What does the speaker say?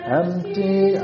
empty